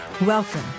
Welcome